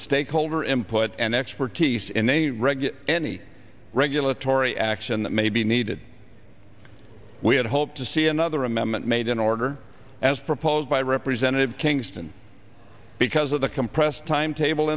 stakeholder him put an expertise in a reg any regulatory action that may be needed we had hoped to see another remember made in order as proposed by representative kingston because of the compressed timetable